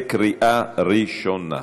בקריאה ראשונה.